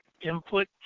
input